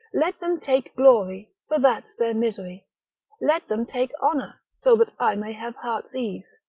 let them take glory, for that's their misery let them take honour, so that i may have heart's ease.